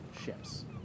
ships